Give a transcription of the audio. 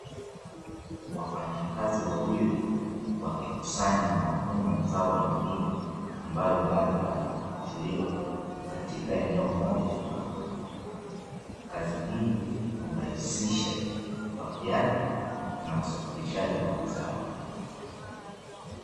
Wafanyakazi wawili wakikusanya mavuno ya zao la mahindi, ambayo bado hayajapukuchuliwa katika eneo moja shambani. Kazi hii hurahisisha upakiaji na usafirishaji wa mazao.